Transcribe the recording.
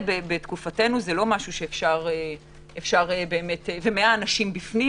בתקופתנו זה לא משהו שאפשר ו-100 אנשים בפנים